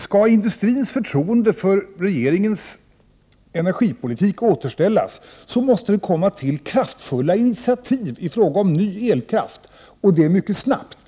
Skall industrins förtroende för regeringens energipolitik återställas måste det komma till kraftfulla initiativ i fråga om ny elkraft — och det mycket snabbt.